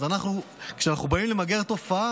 אז כשאנחנו באים למגר תופעה,